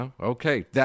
Okay